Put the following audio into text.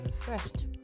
first